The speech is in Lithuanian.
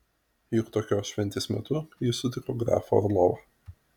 juk tokios šventės metu ji sutiko grafą orlovą